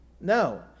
No